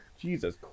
Jesus